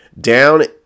Down